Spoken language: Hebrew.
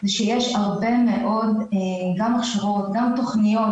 המטרות של הוועדה לעשות מעקב על התוצאות בשטח ועל ההשמות.